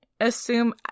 assume